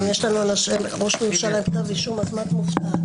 אם יש לנו ראש ממשלה עם כתב אישום מה את מופתעת?